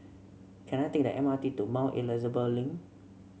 can I take the M R T to Mount Elizabeth Link